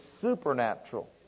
supernatural